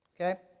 Okay